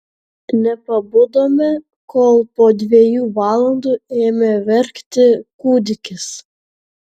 nepabudome kol po dviejų valandų ėmė verkti kūdikis